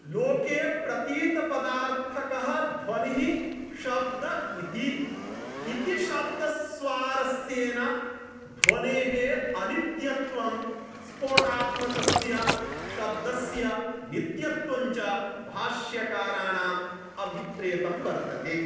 लोके प्रतीतपदार्थकः ध्वनिः शब्दः इति इति शब्दस्वारस्येन ध्वनेः अनित्यत्वं स्फोटात्मकस्य शब्दस्य नित्यत्वञ्च भाष्यकाराणाम् अभिप्रेतं वर्तते